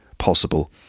Possible